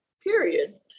period